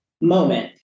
moment